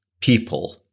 people